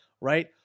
right